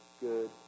good